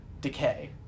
decay